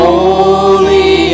Holy